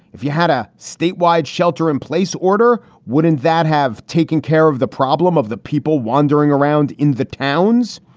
if you had a statewide shelter in place order. wouldn't that have taken care of the problem of the people wandering around in the towns?